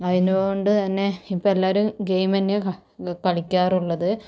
അതിനുകൊണ്ട് തന്നെ ഇപ്പോൾ എല്ലാവരും ഗെയിം തന്നെയാ കളിക്കാറുള്ളത്